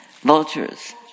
Vultures